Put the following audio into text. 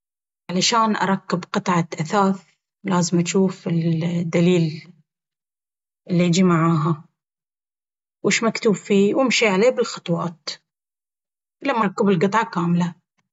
علشان أركب قطعة أثاث لازم أجوف الدليل إلا يجي معاها وش مكتوب فيه وامشي عليه بالخطوات... لين ما اركب القطعة كاملة.